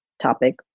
topic